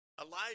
Elijah